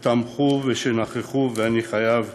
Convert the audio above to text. שתמכו ושנכחו, ואני חייב לציין,